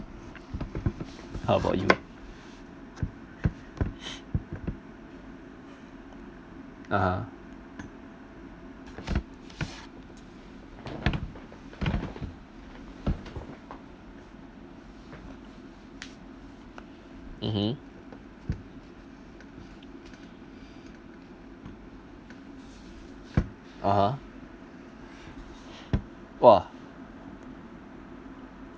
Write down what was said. how about you (uh huh) mmhmm (uh huh) !wah!